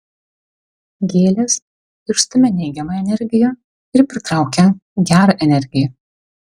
gėlės išstumia neigiamą energiją ir pritraukia gerą energiją